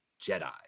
jedi